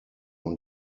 und